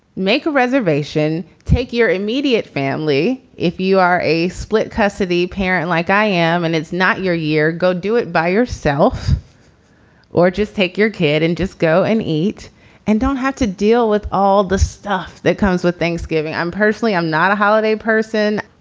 make a reservation, take your immediate family. if you are a split cassity parent like i am, and it's not your year, go do it by yourself or just take your kid and just go and eat and don't have to deal with all the stuff that comes with thanksgiving. i'm personally, i'm not a holiday person.